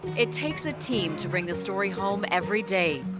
it takes a team to bring the story home everyday.